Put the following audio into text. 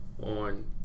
on